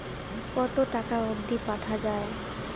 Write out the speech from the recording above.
কতো টাকা অবধি পাঠা য়ায়?